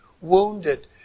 wounded